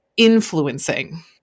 influencing